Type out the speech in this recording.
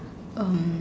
um